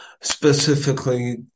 specifically